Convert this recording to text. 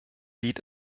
lied